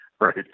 right